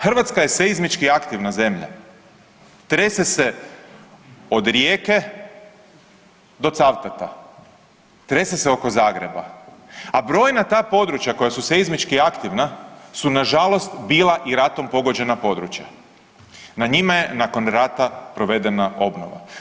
Hrvatska je seizmički aktivna zemlja, trese se od Rijeke do Cavtata, trese se oko Zagreba, a brojna ta područja koja su seizmički aktivna su nažalost bila i ratom pogođena područja, na njima je nakon rata provedena obnova.